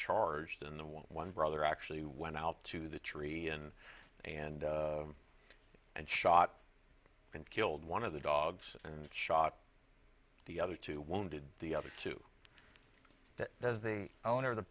charged in the one one brother actually went out to the tree in and and shot and killed one of the dogs and shot the other two wounded the other two does the owner of the